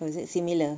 oh is it similar